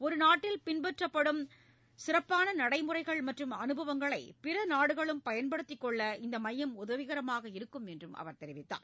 ஒரு நாட்டில் பின்பற்றப்படும் சிறப்பான நடைமுறைகள் மற்றும் அனுபவங்களை பிறநாடுகளும் பயன்படுத்திக் கொள்ள இந்த மையம் உதவிகரமாக இருக்கும் என்றும் அவர் தெரிவித்தார்